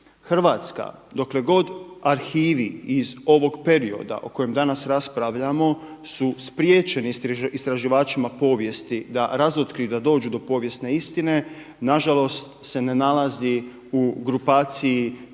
Hrvatska, dokle god arhivi iz ovog perioda o kojem danas raspravljamo su spriječeni istraživačima povijesti da razotkriju i da dođu do povijesne istine nažalost se ne nalazi u grupaciji